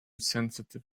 sensitive